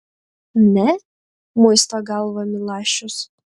ne muisto galvą milašius